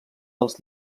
dels